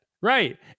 Right